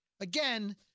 Again